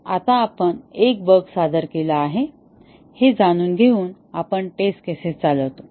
तर आता आपण एक बग सादर केला आहे हे जाणून घेऊन आपण टेस्ट केसेस चालवतो